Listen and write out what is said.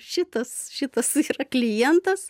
šitas šitas yra klientas